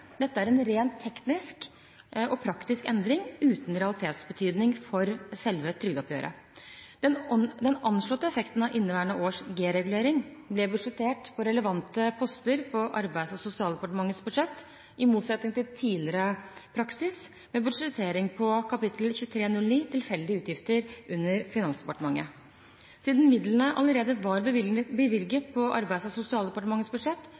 Dette er en rent teknisk og praktisk endring, uten realitetsbetydning for selve trygdeoppgjøret. Den anslåtte effekten av inneværende års G-regulering ble budsjettert på relevante poster på Arbeids- og sosialdepartementets budsjett, i motsetning til tidligere praksis med budsjettering på kapittel 2309 Tilfeldige utgifter under Finansdepartementet. Siden midlene allerede var bevilget på Arbeids- og sosialdepartementets budsjett,